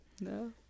no